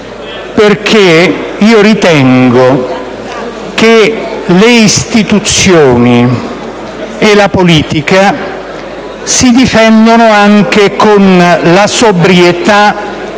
Mascitelli. Ritengo che le istituzioni e la politica si difendano anche con la sobrietà,